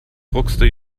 druckste